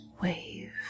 wave